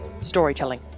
storytelling